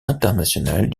internationales